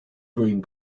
green